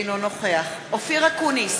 אינו נוכח אופיר אקוניס,